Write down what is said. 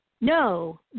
No